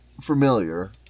familiar